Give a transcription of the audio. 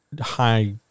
high